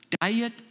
diet